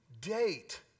date